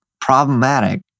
problematic